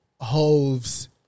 Hove's